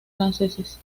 franceses